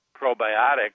probiotics